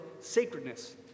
sacredness